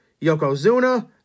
Yokozuna